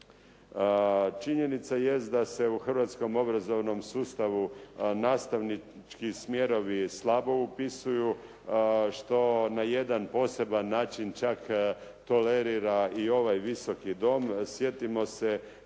Činjenica jest da se u hrvatskom obrazovnom sustavu nastavnički smjerovi slabo upisuju što na jedan poseban način čak tolerira i ovaj Visoki dom.